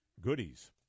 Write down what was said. goodies